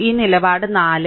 ഈ നിലപാട് 4